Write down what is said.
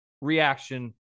reaction